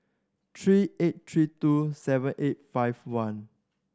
three eight three two seven eight five one